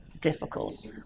difficult